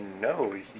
No